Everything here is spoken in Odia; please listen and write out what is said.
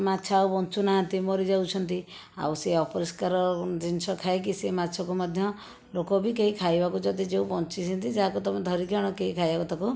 ମାଛ ଆଉ ବଞ୍ଚୁନାହାନ୍ତି ମରିଯାଉଛନ୍ତି ଆଉ ସିଏ ଅପରିଷ୍କାର ଜିନିଷ ଖାଇକି ସିଏ ମାଛକୁ ମଧ୍ୟ ଲୋକ ବି କେହି ଖାଇବାକୁ ଯଦି ଯେଉଁ ବଞ୍ଚିଛନ୍ତି ଯାହାକୁ ତୁମେ ଧରିକି ଆଣ କେହି ଖାଇବାକୁ ତାକୁ